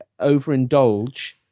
overindulge